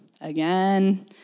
Again